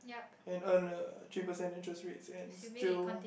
and earn a three percent interest rates and still